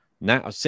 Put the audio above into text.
now